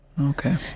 okay